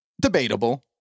debatable